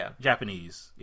Japanese